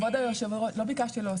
כבוד היושבת ראש, לא ביקשתי להוסיף.